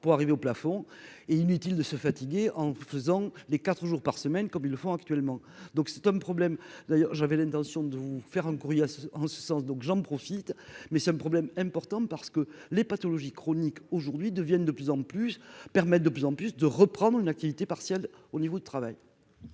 pour arriver au plafond et inutile de se fatiguer en faisant les 4 jours par semaine, comme ils le font actuellement, donc c'est un problème d'ailleurs, j'avais l'intention de nous faire un courrier en ce sens, donc j'en profite, mais c'est un problème important parce que les pathologies chroniques aujourd'hui deviennent de plus en plus permettent de plus en plus de reprendre une activité partielle au niveau du travail.